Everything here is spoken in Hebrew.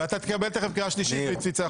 ואתה תקבל תכף קריאה שלישית ותצא החוצה.